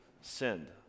sinned